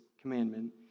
commandment